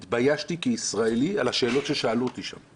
התביישתי כישראלי על השאלות ששאלו אותי שם.